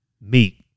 meat